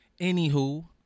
Anywho